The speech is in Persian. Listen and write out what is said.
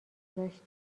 گذاشتم